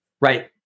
Right